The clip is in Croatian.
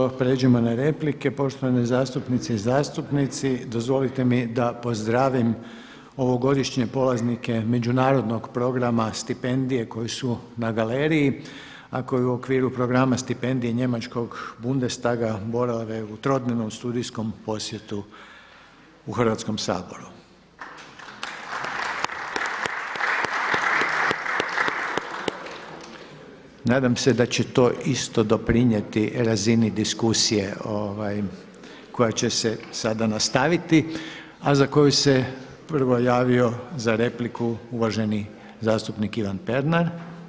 Prije nego što pređemo na replike poštovane zastupnice i zastupnici dozvolite mi da pozdravim ovogodišnje polaznike međunarodnog programa stipendije koji su na galeriji a koji u okviru programa stipendije Njemačkog Bundestaga borave u trodnevnom studijskom posjetu u Hrvatskom saboru. Nadam se da će to isto doprinijeti razini diskusije koja će se sada nastaviti a za koju se prvo javio za repliku uvaženi zastupnik Ivan Pernar.